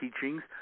teachings